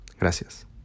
Gracias